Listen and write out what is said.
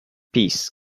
peace